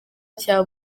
cya